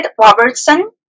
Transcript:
Robertson